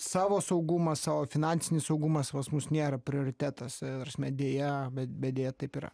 savo saugumas savo finansinis saugumas pas mus nėra prioritetas prasme deja bet bet deja taip yra